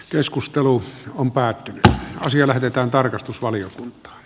keskustelu on päättynyt ja asia lähetetään tarkastusvaliokuntaan